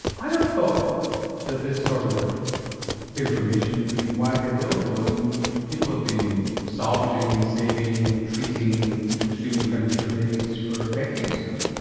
i'd have thought that this sort of information would have been widely available. i mean, people have been salvaging, saving, treating extremely premature babies for decades now.